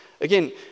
Again